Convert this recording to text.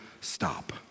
stop